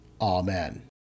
Amen